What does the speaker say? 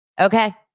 Okay